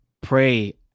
pray